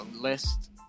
list